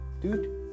dude